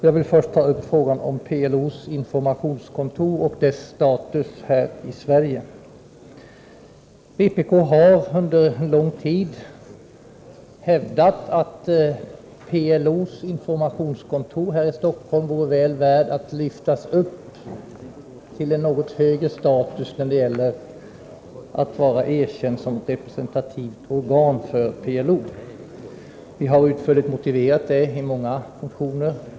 Jag vill först ta upp det ärende som gäller PLO:s informationskontor och dess status här i Sverige. Vpk har under lång tid hävdat att PLO:s informationskontor här i Stockholm vore väl värt att lyftas upp till att få en något högre grad av erkännande när det gäller dess status som representativt organ för PLO. Vi har utförligt motiverat det i många motioner.